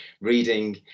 reading